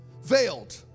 veiled